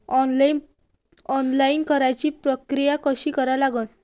Online कराच प्रक्रिया कशी करा लागन?